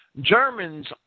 Germans